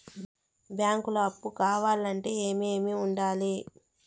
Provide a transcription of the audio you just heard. బ్యాంకులో అప్పు కావాలంటే ఏమేమి ఉండాలి?